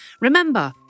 Remember